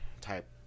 type